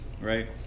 right